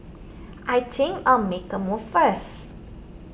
I think I'll make a move first